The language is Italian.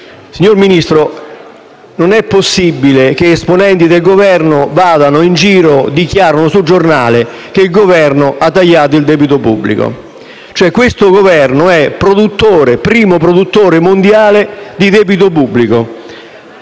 Signor Ministro, non è possibile che alcuni esponenti del Governo dichiarino sui giornali che il Governo ha tagliato il debito pubblico. Questo Governo è il primo produttore mondiale di debito pubblico.